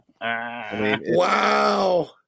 Wow